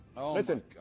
Listen